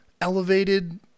elevated